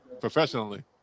professionally